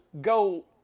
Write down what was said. go